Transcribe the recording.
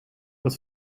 wat